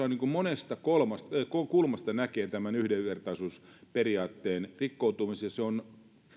monesta kulmasta tämän yhdenvertaisuusperiaatteen rikkoutumisen ja se on